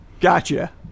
Gotcha